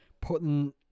putting